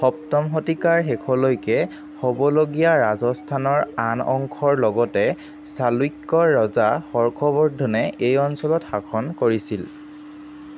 সপ্তম শতিকাৰ শেষলৈকে হ'বলগীয়া ৰাজস্থানৰ আন অংশৰ লগতে চালুক্য ৰজা হৰ্ষবৰ্ধনে এই অঞ্চলত শাসন কৰিছিল